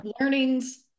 learnings